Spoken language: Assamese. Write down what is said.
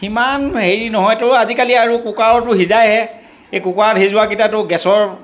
সিমান হেৰি নহয় তেও আজিকালি আৰু কুকাৰতো সিজাইহে এই কুকাৰত সিজোৱা কেইটাতো গেছৰ